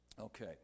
Okay